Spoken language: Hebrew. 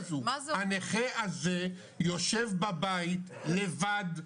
הנכה הזה יושב בבית לבד,